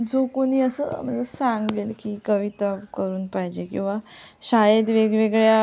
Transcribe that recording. जो कोणी असं सांगेल की कविता करून पाहिजे किंवा शाळेत वेगवेगळ्या